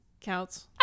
counts